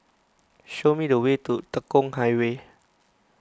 show me the way to Tekong Highway